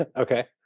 Okay